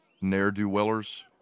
ne'er-do-wellers